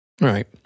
Right